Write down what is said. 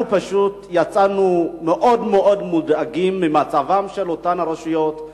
אנחנו פשוט יצאנו מאוד מאוד מודאגים ממצבן של אותן הרשויות,